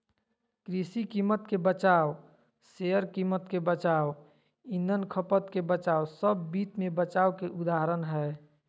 कृषि कीमत के बचाव, शेयर कीमत के बचाव, ईंधन खपत के बचाव सब वित्त मे बचाव के उदाहरण हय